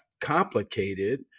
complicated